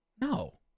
No